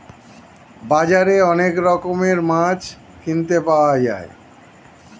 বাজারে অনেক রকমের মাছ কিনতে পাওয়া যায়